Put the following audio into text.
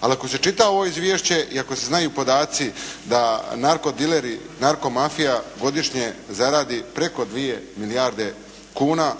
Ali ako se čita ovo izvješće i ako se znaju podaci da narkodileri, narkomafija godišnje zaradi preko dvije milijarde kuna,